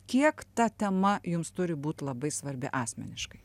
kiek ta tema jums turi būt labai svarbi asmeniškai